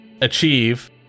achieve